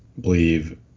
believe